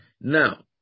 Now